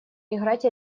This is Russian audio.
играть